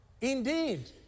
Indeed